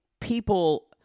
people